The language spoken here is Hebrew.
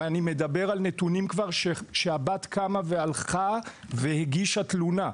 אני מדבר על נתונים שהבת כבר קמה והלכה והגישה תלונה.